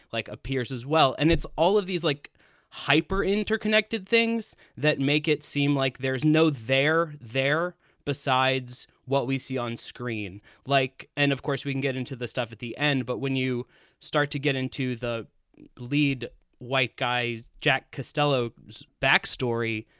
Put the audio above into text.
like appears as well. and it's all of these like hyper interconnected things that make it seem like there's no there there besides what we see on screen like. and of course, we can get into the stuff at the end. but when you start to get into the lead white guy jack castelo backstory,